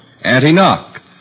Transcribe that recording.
anti-knock